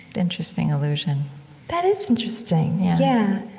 interesting allusion that is interesting yeah yeah,